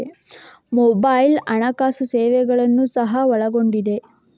mobile ಹಣಕಾಸು ಸೇವೆಗಳನ್ನು ಸಹ ಒಳಗೊಂಡಿದೆ